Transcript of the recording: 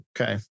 Okay